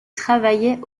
travaille